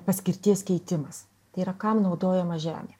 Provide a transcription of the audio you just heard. paskirties keitimas tai yra kam naudojama žemė